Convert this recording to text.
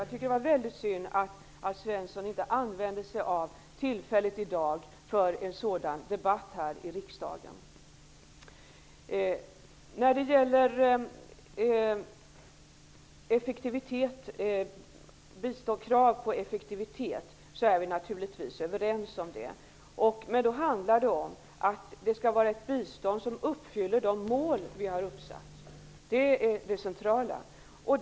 Jag tycker att det var väldigt synd att Alf Svensson inte använde sig av tillfället och startade en sådan debatt här i riksdagen i dag. Vi är naturligtvis överens när det gäller krav på effektivitet. Det skall vara ett bistånd som når de mål vi har uppsatt. Det är det centrala.